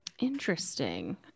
interesting